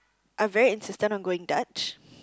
are very insistent on going Dutch